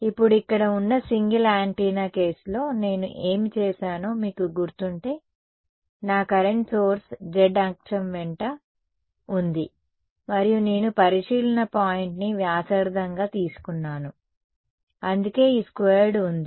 ఇప్పుడు ఇక్కడ ఉన్న సింగిల్ యాంటెన్నా కేస్లో నేను ఏమి చేశానో మీకు గుర్తుంటే నా కరెంట్ సోర్స్ z అక్షం వెంట ఉంది మరియు నేను పరిశీలన పాయింట్ని వ్యాసార్థం గా తీసుకున్నాను అందుకే ఈ స్క్వేర్డ్ ఉంది